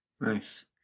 Nice